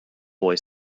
boy